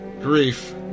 Grief